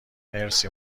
مرسی